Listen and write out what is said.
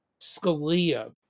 Scalia